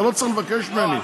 אתה לא צריך לבקש ממני.